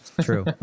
true